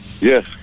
Yes